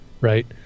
right